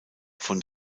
von